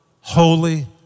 Holy